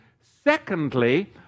Secondly